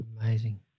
Amazing